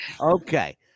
Okay